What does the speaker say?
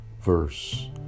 Verse